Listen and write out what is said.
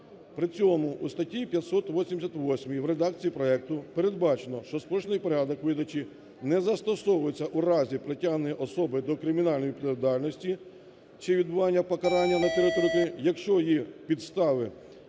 При цьому у статті 588 в редакції проекту передбачено, що спрощений порядок видачі не застосовується у разі притягнення особи до кримінальної відповідальності чи відбування покарання на території країни, якщо є підстави